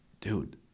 dude